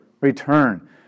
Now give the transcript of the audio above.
return